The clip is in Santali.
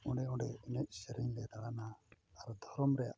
ᱚᱸᱰᱮ ᱚᱸᱰᱮ ᱮᱱᱮᱡ ᱥᱮᱨᱮᱧ ᱞᱮ ᱫᱟᱲᱟᱱᱟ ᱟᱨ ᱫᱷᱚᱨᱚᱢ ᱨᱮᱭᱟᱜ